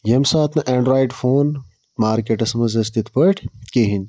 ییٚمہِ ساتہٕ نہٕ اینٛڈرایِڈ فون مارکیٹَس منٛز ٲسۍ تِتھٕ پٲٹھۍ کِہیٖنٛۍ